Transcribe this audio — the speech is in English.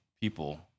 people